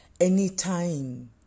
Anytime